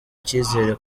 icyizere